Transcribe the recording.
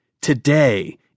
Today